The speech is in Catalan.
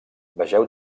vegeu